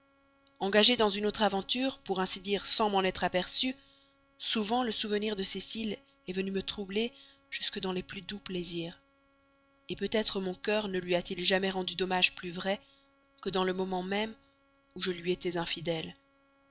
engagé dans une autre aventure pour ainsi dire sans m'en être aperçu souvent le souvenir de cécile est venu me troubler jusques dans les plus doux plaisirs peut-être mon cœur ne lui a-t-il jamais rendu d'hommages plus vrais que dans le moment même où je lui étais infidèle